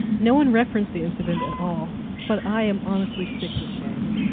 no one reference the incident at all, but i am honestly sick with shame.